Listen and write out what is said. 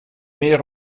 meer